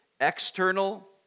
external